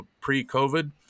pre-COVID